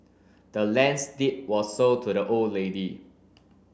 the land's deed was sold to the old lady